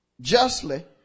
justly